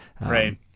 Right